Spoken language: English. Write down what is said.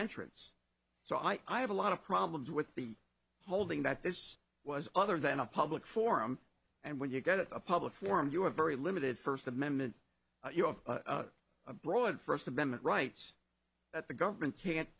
entrance so i have a lot of problems with the holding that this was other than a public forum and when you get to a public forum you have very limited first amendment abroad first amendment rights that the government can't